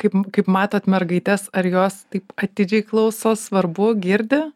kaip kaip matot mergaites ar jos taip atidžiai klauso svarbu girdi